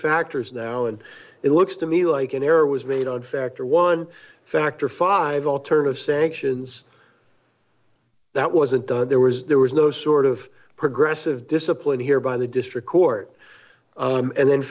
factors though and it looks to me like an error was made a factor one factor five alternative sanctions that wasn't the there was there was no sort of progressive discipline here by the district court and then